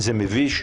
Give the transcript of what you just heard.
זה מביש,